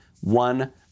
one